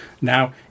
Now